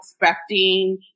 expecting